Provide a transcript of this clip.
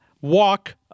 walk